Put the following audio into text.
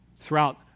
throughout